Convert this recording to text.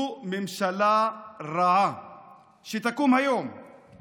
הממשלה שתקום היום היא